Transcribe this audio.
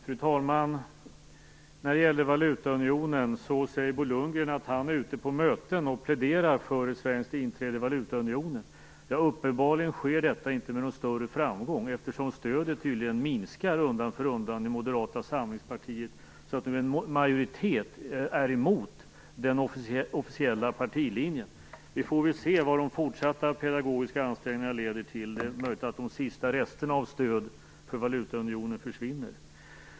Fru talman! När det gäller valutaunionen säger Bo Lundgren att han är ute på möten och pläderar för ett svenskt inträde. Uppenbarligen sker detta inte med någon större framgång, eftersom stödet i Moderata samlingspartiet tydligen minskar undan för undan så att det nu är en majoritet som är emot den officiella partilinjen. Vi vår väl se vad de fortsatta pedagogiska ansträngningarna leder till. Det är möjligt att de sista resterna av stöd för valutaunionen försvinner.